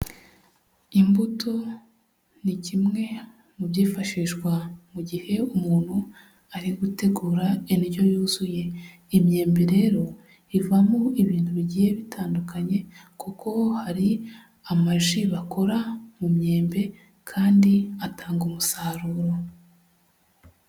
Imbuto ni kimwe mu byifashishwa mu gihe umuntu ari gutegura indyo yuzuye, imyembe rero ivamo ibintu bigiye bitandukanye, kuko hari amaji bakora mu myembe kandi atanga umusaruro.